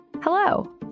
Hello